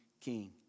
king